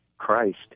Christ